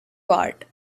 ward